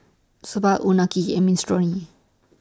Soba Unagi and Minestrone